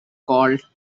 called